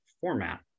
format